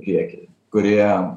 kiekiai kurie